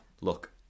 Look